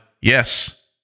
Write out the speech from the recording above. Yes